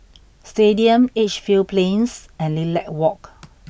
Stadium Edgefield Plains and Lilac Walk